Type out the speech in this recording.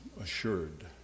assured